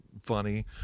funny